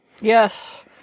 Yes